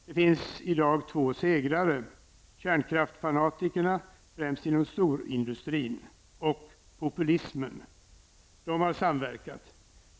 Det finns i dag två segrare: kärnkraftsfanatikerna, främst inom storindustrin, och populismen. De har samverkat.